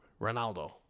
Ronaldo